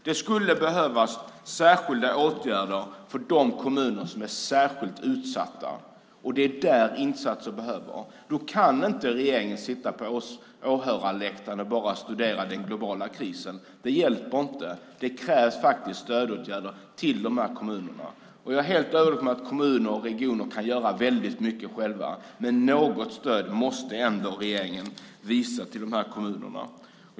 Det skulle behövas åtgärder för de kommuner som är särskilt utsatta. Det är där insatser behövs. Då kan inte regeringen sitta på åhörarläktaren och bara studera den globala krisen. Det hjälper inte. Det krävs faktiskt stödåtgärder till kommunerna. Jag är helt övertygad om att kommuner och regioner kan göra mycket själva, men något stöd måste ändå regeringen ge kommunerna.